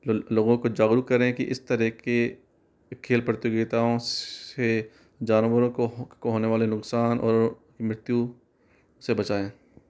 लोगों को जागरूक करें कि इस तरह की खेल प्रतियोगिताओं से जानवरों को होने वाले नुकसान और मृत्यु से बचाएँ